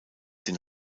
den